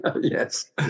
Yes